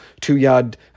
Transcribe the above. two-yard